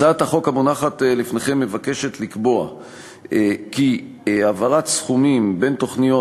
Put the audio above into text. הצעת החוק המונחת לפניכם מבקשת לקבוע כי העברת סכומים בין תוכניות